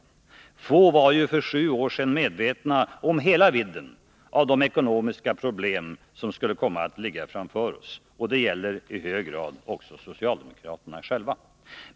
Få var ju för sju år sedan medvetna om hela vidden av de ekonomiska problem som skulle komma att ligga framför oss, och det gäller i hög grad också socialdemokraterna själva.